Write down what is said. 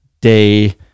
day